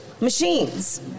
machines